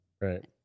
right